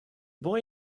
boy